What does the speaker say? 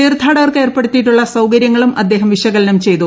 തീർത്ഥാടകർക്ക് ഏർപ്പെടുത്തിയിട്ടുള്ള സൌകര്യങ്ങളും അദ്ദേഹം വിശകലനം ചെയ്തു